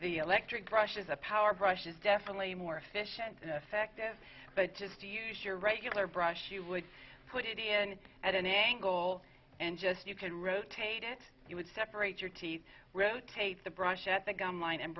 the electric brushes up our brush is definitely more efficient and effective but just use your regular brush you would put it in at an angle and just you can rotate it you would separate your teeth rotate the brush at the gum line and